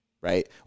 Right